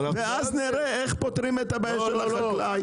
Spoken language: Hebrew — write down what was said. ואז נראה איך פותרים את הבעיה של החקלאי.